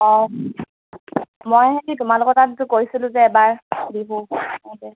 অঁ মই হেৰি তোমালোকৰ তাত কৈছিলোঁ